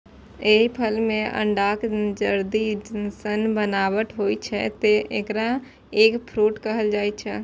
एहि फल मे अंडाक जर्दी सन बनावट होइ छै, तें एकरा एग फ्रूट कहल जाइ छै